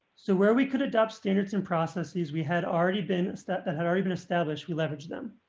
so where we could adopt standards and processes we had already been set that had already been established, we leverage them.